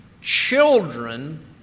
Children